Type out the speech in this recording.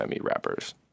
rappers